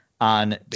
on